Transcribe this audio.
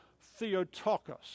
Theotokos